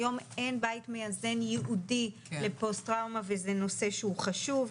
היום אין בית מאזן ייעודי לפוסט טראומה וזה נושא שהוא חשוב,